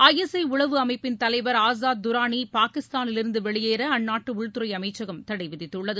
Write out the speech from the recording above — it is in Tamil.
ஐ எஸ் ஐ உளவு அமைப்பின் தலைவர் ஆஸாத் துரானி பாகிஸ்தானிலிருந்து வெளியேற அந்நாட்டு உள்துறை அமைச்சகம் தடை விதித்துள்ளது